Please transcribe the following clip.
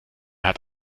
hat